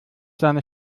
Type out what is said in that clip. seine